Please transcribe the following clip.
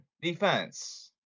Defense